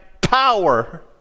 power